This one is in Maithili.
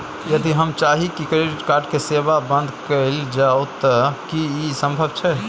यदि हम चाही की क्रेडिट कार्ड के सेवा बंद कैल जाऊ त की इ संभव छै?